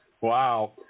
Wow